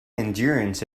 endurance